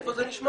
איפה זה נשמע?